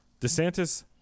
DeSantis